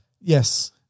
yes